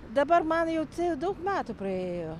dabar man jau tie daug metų praėjo